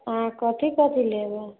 अहाँ कथी कथी लेबै